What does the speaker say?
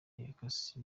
yakase